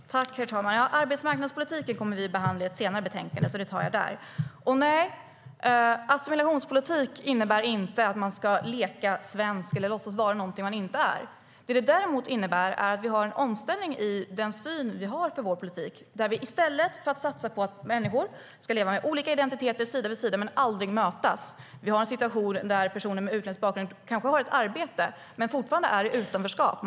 STYLEREF Kantrubrik \* MERGEFORMAT Integration och jämställdhetNej, assimilationspolitik innebär inte att man ska leka svensk eller låtsas vara någonting som man inte är. Det innebär däremot att vi har en omställning i den syn vi har på vår politik. Vi ska göra något i stället för att satsa på att människor ska leva med olika identiteter sida vid sida men aldrig mötas. Vi har en situation där personer med utländsk bakgrund kanske har ett arbete men fortfarande är i utanförskap.